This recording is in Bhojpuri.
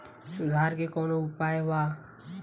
सुधार के कौनोउपाय वा?